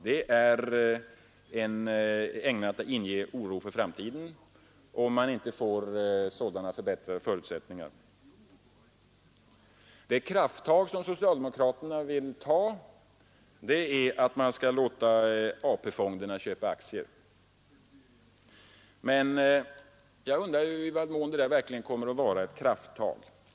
Det är ägnat att inge oro för framtiden, om man inte får sådana förbättrade förutsättningar. Det krafttag som socialdemokraterna vill ta är att man skall låta AP-fonderna köpa aktier, men jag undrar i vad mån det förfarandet verkligen kommer att innebära något krafttag.